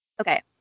Okay